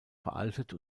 veraltet